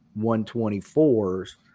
124s